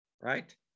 right